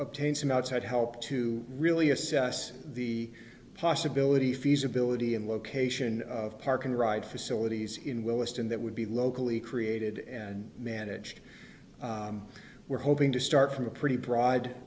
obtain some outside help to really assess the possibility feasibility and location of park and ride facilities in willesden that would be locally created and managed we're hoping to start from a pretty broad